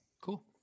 Cool